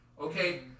okay